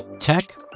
Tech